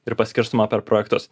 ir paskirstoma per projektus